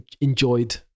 enjoyed